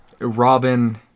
Robin